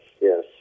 yes